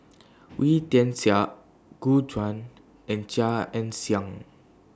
Wee Tian Siak Gu Juan and Chia Ann Siang